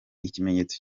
ikimenyetso